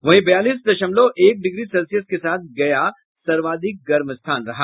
वहीं बयालीस दशमलव एक डिग्री सेल्सियस के साथ गया सर्वाधिक गर्म स्थान रहा